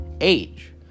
age